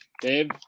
Dave